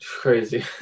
crazy